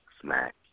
smack